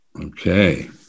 Okay